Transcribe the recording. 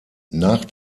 nach